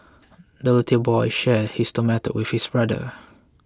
little boy shared his tomato with his brother